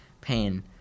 pain